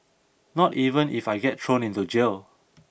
not even if I get thrown into jail